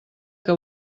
que